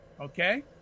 Okay